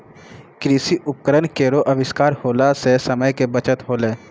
कृषि उपकरण केरो आविष्कार होला सें समय के बचत होलै